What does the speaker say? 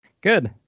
Good